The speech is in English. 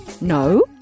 No